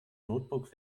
notebook